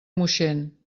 moixent